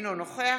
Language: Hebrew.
אינו נוכח